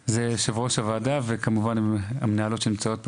זה יושב-ראש הוועדה, וכמובן, המנהלות שנמצאות פה.